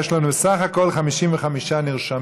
יש לנו סך הכול 55 נרשמים.